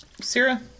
Sarah